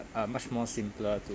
uh much more simpler to